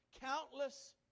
countless